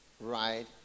right